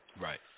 Right